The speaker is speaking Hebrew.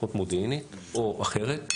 לפחות מודיעינית או אחרת,